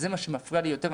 זה מה שמפריע לי יותר,